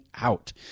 out